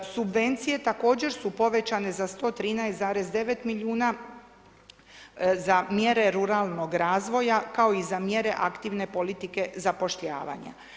Subvencije također su povećane za 113,9 milijuna za mjere ruralnog razvoja kao i za mjere aktivne politike zapošljavanja.